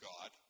God